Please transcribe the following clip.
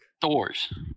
doors